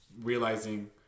realizing